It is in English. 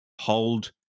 hold